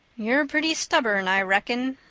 you're pretty stubborn, i reckon,